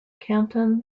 canton